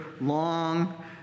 long